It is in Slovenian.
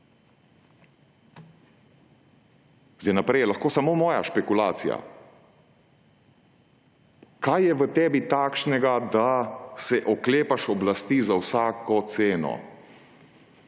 Zdaj naprej je lahko samo moja špekulacija. Kaj je v tebi takšnega, da se oklepaš oblasti za vsako ceno?